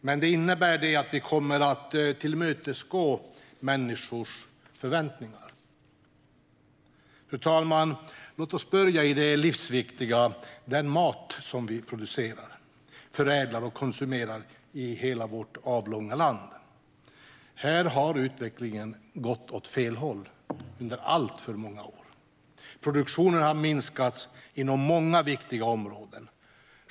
Men det innebär att man kommer att tillmötesgå människors förväntningar. Fru talman! Låt oss börja med det livsviktiga - den mat som vi producerar, förädlar och konsumerar i hela vårt avlånga land. Här har utvecklingen gått åt fel håll under alltför många år. Produktionen har minskats inom många viktiga områden.